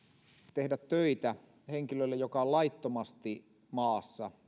tehdä töitä henkilölle joka on laittomasti maassa